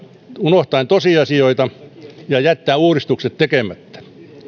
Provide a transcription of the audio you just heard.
unohtaen tosiasioita ja jättäen uudistukset tekemättä